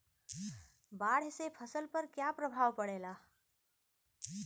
बाढ़ से फसल पर क्या प्रभाव पड़ेला?